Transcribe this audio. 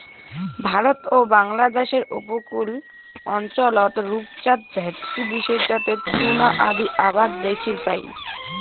ভারত ও বাংলাদ্যাশের উপকূল অঞ্চলত রূপচাঁদ, ভেটকি বিশেষ জাতের টুনা আদি আবাদ দ্যাখির পাই